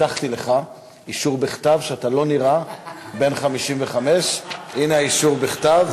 הבטחתי לך אישור בכתב שאתה לא נראה בן 55. הנה האישור בכתב.